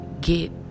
get